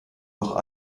noch